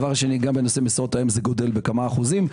גם במשרות האם זה גדל בכמה אחוזים.